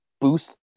boost